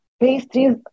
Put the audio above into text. Pastries